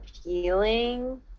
appealing